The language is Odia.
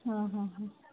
ହଁ ହଁ ହଁ